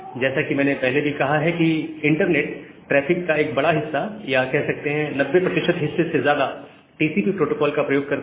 जैसा कि मैंने पहले भी कहां है कि इंटरनेट ट्रैफिक का एक बड़ा हिस्सा या कह सकते हैं 90 हिस्से से ज्यादा टीसीपी प्रोटोकोल का प्रयोग करता है